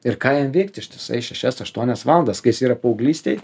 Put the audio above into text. ir ką jam veikti ištisai šešias aštuonias valandas kas yra paauglystėj